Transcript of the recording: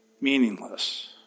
Meaningless